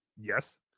Yes